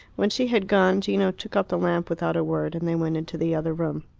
when she had gone gino took up the lamp without a word, and they went into the other room.